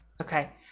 okay